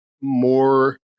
more